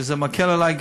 שזה מקל עלי,